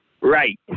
Right